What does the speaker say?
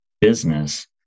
business